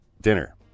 dinner